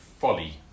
folly